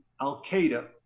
al-Qaeda